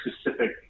specific